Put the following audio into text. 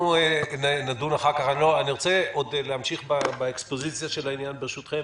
אני רוצה להמשיך באקספוזיציה של העניין, ברשותכם.